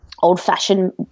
old-fashioned